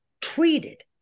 treated